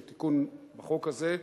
לתיקון בחוק הזה,